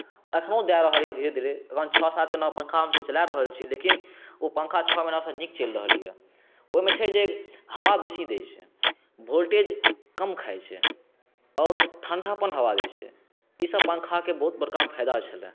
एखनो दऽ रहल अइ धीरे धीरे ओना छओ महिनासँ पँखा हमसब चला रहल छी लेकिन ओ पँखा छओ महिनासँ नीक चलि रहल अइ ओहिमे छै जे हवा बेसी दै छै वोल्टेज कम खाइ छै आओर ठण्डापन हवा दै छै ईसब पँखाके बहुत बड़का फाइदा छलै